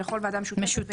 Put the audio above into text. ולכל ועדה משותפת.